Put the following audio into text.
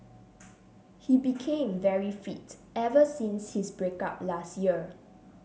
he became very fit ever since his break up last year